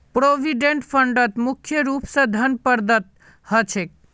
provident फंडत मुख्य रूप स धन प्रदत्त ह छेक